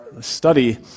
study